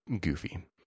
goofy